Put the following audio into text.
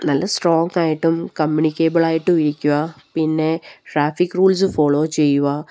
നല്ല സ്ട്രോങ് ആയിട്ടും കമ്മ്യൂണിക്കേബിൾ ആയിട്ടും ഇരിക്കുക പിന്നെ ട്രാഫിക് റൂൾസ് ഫോളോ ചെയ്യുക